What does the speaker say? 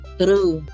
true